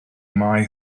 mae